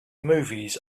movies